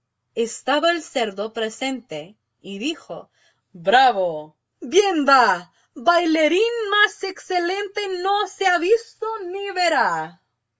estaba el cerdo presente y dijo bravo bien va bailarín más excelente no se ha visto ni verá